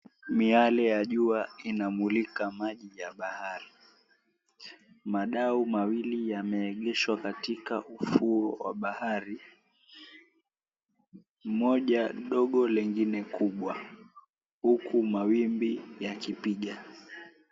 Miale ya jua inamulika maji ya bahari. Madau mawili yameegeshwa katika ufuo wa bahari, moja dogo lengine kubwa huku mawimbi yakipiga.